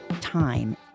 time